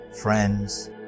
friends